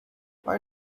why